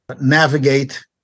navigate